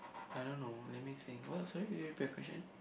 I don't know let me think what sorry can you repeat the question